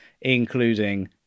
including